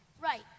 right